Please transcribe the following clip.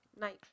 night